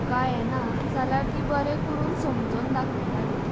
तुका येना जाल्यार ती बरें करून समजोवन दाखयताली